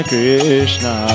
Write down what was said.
Krishna